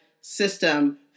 system